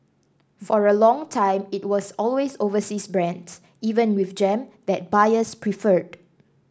for a long time it was always overseas brands even with jam that buyers preferred